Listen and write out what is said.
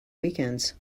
weekends